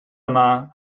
yma